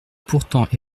pourtant